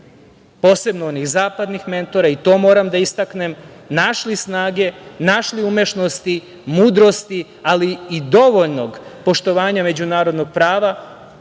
posebno onih zapadnih mentora, to moram da istaknem, našli snage, našli umešnosti, mudrosti, ali i dovoljnog poštovanja međunarodnog prava